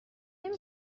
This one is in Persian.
نمی